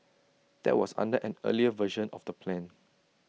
that was under an earlier version of the plan